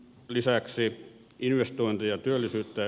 lisäksi investointeja kysynnäksi